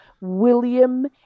William